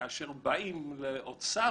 כאשר באים לאוצר,